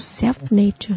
self-nature